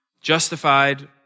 justified